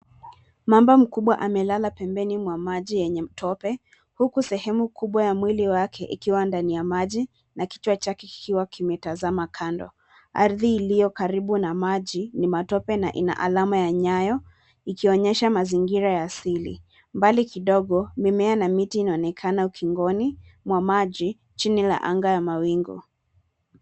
Mamba mkubwa amelala pembeni ya maji yenye tope, huku sehemu kubwa ya mwili wake, ikiwa ndani ya maji, na kichwa chake kikiwa kimetazama kando, ardhi iliokaribu na maji, ni matope, na ina alama ya nyayo, ikionyesha mazingira ya asili. Mbali kidogo, mimea, na miti inaonekana ukingoni, mwa maji, chini ya anga la mawingu.